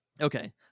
Okay